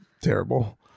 terrible